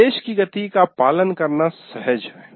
निर्देश की गति का पालन करना सहज है